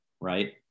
right